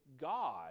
God